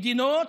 מדינות,